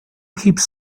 keeps